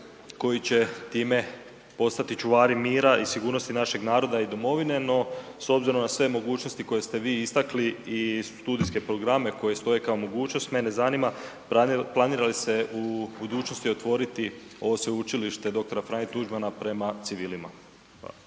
koji će time postati čuvari mira i sigurnosti našeg naroda i domovine. No, s obzirom na sve mogućnosti koje ste vi istakli i studijske programe koji stoje kao mogućnost, mene zanima planira li se u budućnosti otvoriti ovo Sveučilište „Dr. Franjo Tuđman“ prema civilima?